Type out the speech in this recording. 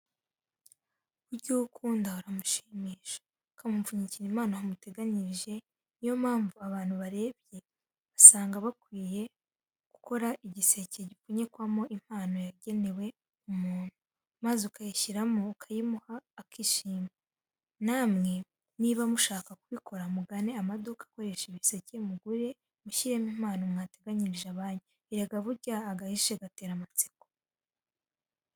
Burya uwukunda uramushimisha, ukamupfunyikira impano wamuteganyirije ni yo mpamvu abantu barebye bagasanga bakwiye gukora igiseke gipfunyikwamo impano wageneye umuntu, maze ukayishyiramo ukayimuha akishima. Namwe niba mushaka kubikora mugane amaduka akora ibiseke mubigure mushyiremo impano mwateganyirije abanyu. Erega burya agahishe gatera amatsiko.